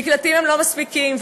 מקלטים הם לא מספיקים,